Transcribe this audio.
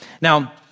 Now